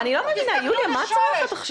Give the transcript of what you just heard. אני לא מבינה, יוליה, מה את צורחת עכשיו?